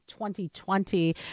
2020